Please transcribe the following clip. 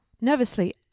Nervously